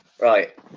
right